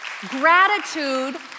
Gratitude